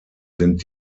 sind